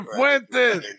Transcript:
Fuentes